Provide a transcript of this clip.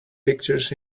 pictures